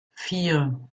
vier